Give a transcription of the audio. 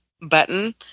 button